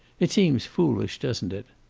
it seems foolish, doesn't it?